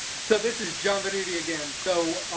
so this is john venuti again. so,